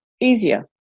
easier